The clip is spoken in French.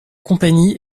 compagnie